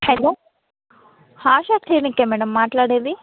hello హాశా క్లినిక్కేనా madam మాట్లాడేది